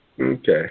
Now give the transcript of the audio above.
Okay